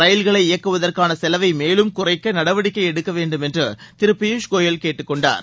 ரயில்களை இயக்குவதற்கான செலவை மேலும் குறைக்க நடவடிக்கை எடுக்க வேண்டும் என்றும் திரு பியூஸ் கோயல் கேட்டுக் கொண்டார்